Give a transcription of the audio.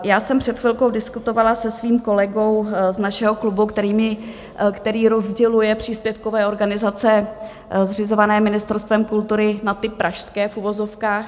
Já jsem před chvilkou diskutovala se svým kolegou z našeho klubu, který rozděluje příspěvkové organizace zřizované Ministerstvem kultury na ty pražské, v uvozovkách.